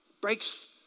breaks